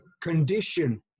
condition